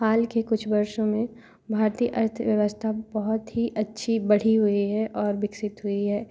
हाल के कुछ वर्षों में भारती अर्थव्यवस्था बहुत ही अच्छी बढ़ी हुई है और विकसित हुई है